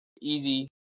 easy